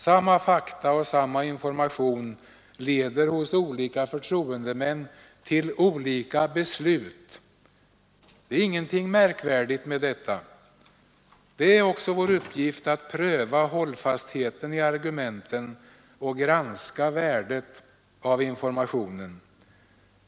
Samma fakta och samma information leder hos olika förtroendemän till olika beslut. Det är ingenting märkvärdigt med det. Det är också vår uppgift att pröva hållfastheten i argumenten och granska värdet av informationen.